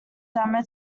demo